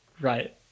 Right